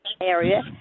area